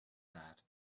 that